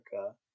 Africa